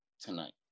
tonight